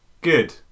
Good